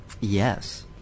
Yes